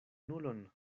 nulon